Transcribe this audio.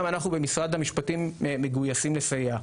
גם אנחנו במשרד המשפטים מגויסים לסייע.